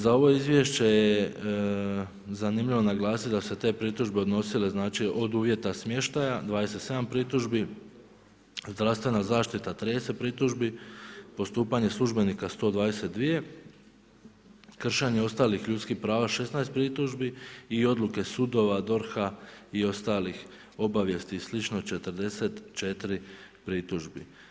Za ovo izvješće je zanimljivo naglasiti da su se te pritužbe odnosile od uvjeta smještaja, 27 pritužbi, zdravstvena zaštita, 30 pritužbi, postupanje službenika, 122, kršenje ostalih ljudskih prava, 16 pritužbi i odluke sudova, DORH-a i ostalih obavijesti i slično, 44 pritužbe.